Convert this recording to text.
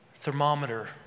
thermometer